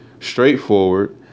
Straightforward